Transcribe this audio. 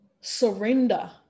surrender